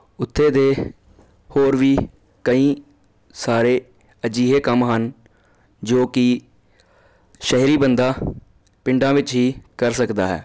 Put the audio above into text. ਉੱਥੇ ਦੇ ਹੋਰ ਵੀ ਕਈ ਸਾਰੇ ਅਜਿਹੇ ਕੰਮ ਹਨ ਜੋ ਕਿ ਸ਼ਹਿਰੀ ਬੰਦਾ ਪਿੰਡਾਂ ਵਿੱਚ ਹੀ ਕਰ ਸਕਦਾ ਹੈ